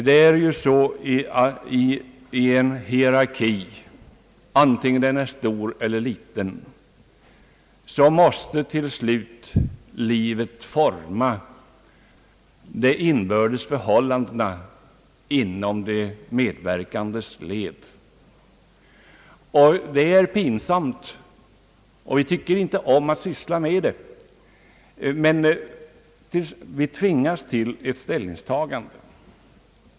Det är ju så i en hierarki, antingen den är stor eller liten, att livet till slut måste forma de inbördes förhållandena inom de medverkandes led. Det är pinsamt, och vi tycker inte om att syssla med det, men vi tvingas till ett ställningstagande.